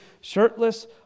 shirtless